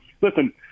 listen –